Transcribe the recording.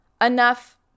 Enough